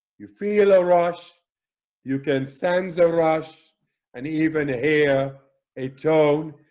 you feel a rush you can sense a rush and even hear a tone.